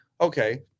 okay